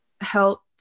help